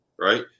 Right